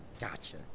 Gotcha